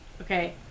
Okay